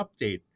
update